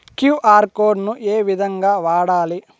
QR code ను ఏ విధంగా వాడాలి?